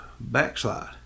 backslide